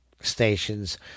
stations